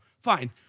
fine